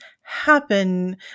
happen